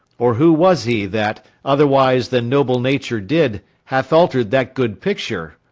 or who was he that, otherwise than noble nature did, hath alter'd that good picture?